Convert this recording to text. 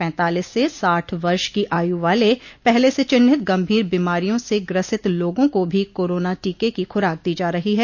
पैंतालीस से साठ वर्ष की आयु वाले पहले से चिन्हित गंभीर बीमारियों से ग्रसित लोगों का भी कोरोना टीके की खुराक दी जा रही है